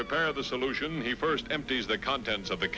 prepare the solution he first empties the contents